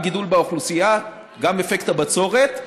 גם גידול באוכלוסייה, גם אפקט הבצורת,